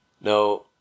now